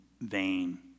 vain